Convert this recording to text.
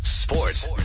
sports